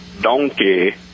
donkey